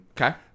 Okay